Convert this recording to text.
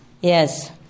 Yes